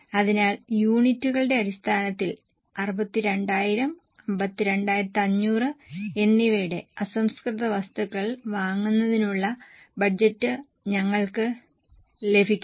അതിനാൽ യൂണിറ്റുകളുടെ അടിസ്ഥാനത്തിൽ 62000 52500 എന്നിവയുടെ അസംസ്കൃത വസ്തുക്കൾ വാങ്ങുന്നതിനുള്ള ബജറ്റ് ഞങ്ങൾക്ക് ലഭിക്കുന്നു